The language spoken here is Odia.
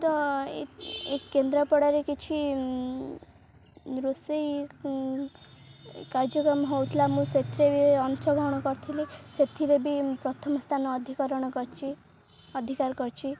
ତ ଏ କେନ୍ଦ୍ରାପଡ଼ାରେ କିଛି ରୋଷେଇ କାର୍ଯ୍ୟକ୍ରମ ହଉଥିଲା ମୁଁ ସେଥିରେ ବି ଅଂଶଗ୍ରହଣ କରିଥିଲି ସେଥିରେ ବି ପ୍ରଥମ ସ୍ଥାନ ଅଧିକରଣ କରିଛି ଅଧିକାର କରିଛି